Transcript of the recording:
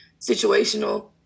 situational